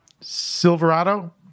Silverado